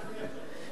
לאי-איזון אקטוארי,